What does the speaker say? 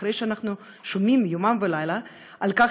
ואחרי שאנחנו שומעים יומם ולילה על כך